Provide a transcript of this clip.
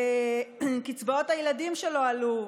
קצבאות הילדים לא עלו.